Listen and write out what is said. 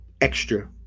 extra